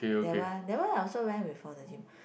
that one that one I also went before the gym